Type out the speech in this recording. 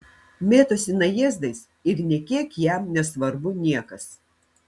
mėtosi najėzdais ir nė kiek jam nesvarbu niekas